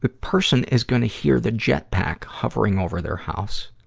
but person is gonna hear the jetpack hovering over their house.